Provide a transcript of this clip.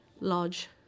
lodge